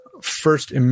first